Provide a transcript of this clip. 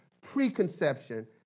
preconception